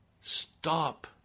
stop